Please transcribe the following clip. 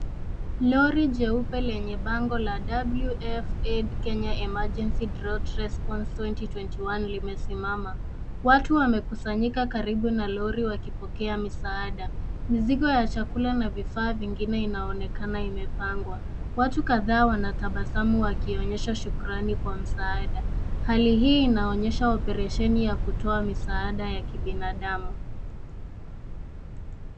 Lori jeupe lenye bango la WFAID Kenya emergency drought response 2021 limesimama. Watu wamekusanyika karibu na lori wakipokea misaadaa. Mizigo ya chakula na vifaa vingine inaonekana imepangwa. Watu kadhaa wanatabasamu wakionyesha shukrani kwa msaada. Hali hii inaonyesha operesheni ya kutoa misaada ya kibinadamu.